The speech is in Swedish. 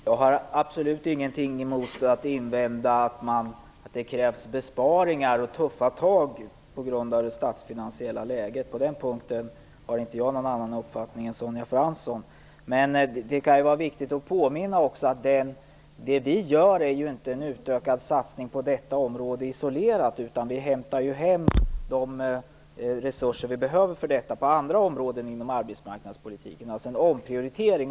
Herr talman! Jag har absolut inget att invända mot att det på grund av det statsfinansiella läget krävs besparingar och tuffa tag. På den punkten har jag samma uppfattning som Sonja Fransson. Det kan dock vara viktigt att påminna om att vad vi gör inte är en utökad satsning på detta område isolerat, utan vi hämtar hem resurser som behövs för detta från andra områden inom arbetsmarknadspolitiken. Det är alltså fråga om en omprioritering.